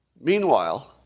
Meanwhile